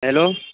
hello